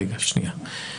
רגע, שנייה.